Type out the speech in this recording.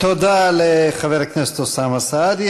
תודה לחבר הכנסת אוסאמה סעדי.